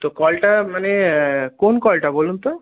তো কলটা মানে কোন কলটা বলুন তো